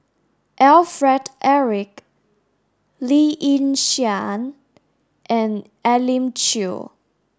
Alfred Eric Lee Yi Shyan and Elim Chew